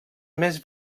més